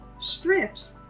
strips